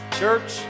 Church